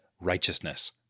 righteousness